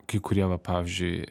kai kurie va pavyzdžiui